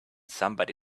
somebody